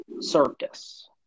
Circus